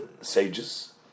sages